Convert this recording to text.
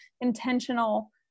intentional